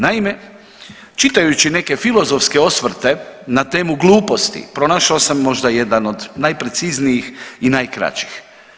Naime, čitajući neke filozofske osvrte na temu gluposti pronašao sam možda jedan od najpreciznijih i najkraćih.